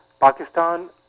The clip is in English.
Pakistan